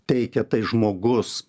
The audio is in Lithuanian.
teikia tai žmogus